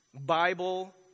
Bible